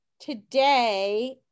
today